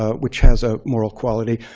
ah which has a moral quality.